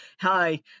Hi